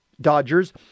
Dodgers